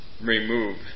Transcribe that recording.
remove